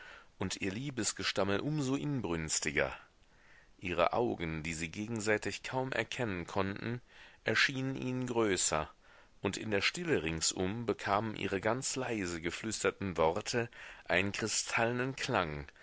und ihr liebesgestammel um so inbrünstiger ihre augen die sie gegenseitig kaum erkennen konnten erschienen ihnen größer und in der stille ringsum bekamen ihre ganz leise geflüsterten worte einen kristallenen klang